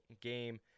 game